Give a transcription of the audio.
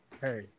Hey